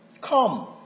Come